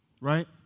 right